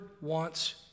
wants